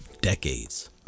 decades